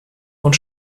und